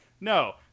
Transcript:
No